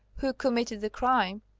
who committed the crime?